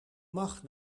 mag